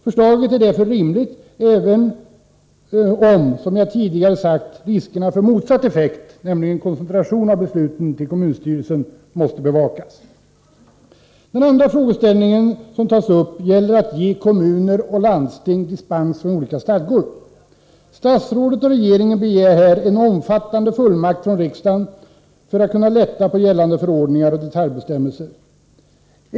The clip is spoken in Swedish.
Förslaget är därför rimligt, även om — som jag tidigare sagt — riskerna för motsatt effekt, nämligen koncentration av besluten till kommunstyrelsen, måste bevakas. Den andra frågeställningen som tas upp gäller, som jag nämnt, möjligheten att ge kommuner och landsting dispens från olika stadgor. Statsrådet och regeringen begär här en omfattande fullmakt från riksdagen för att kunna lätta på gällande förordningar och detaljbestämmelser.